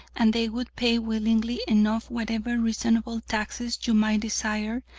and they would pay willingly enough whatever reasonable taxes you might desire,